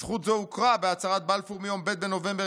זכות זו הוכרה בהצהרת בלפור מיום ב' בנובמבר